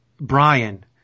Brian